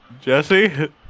Jesse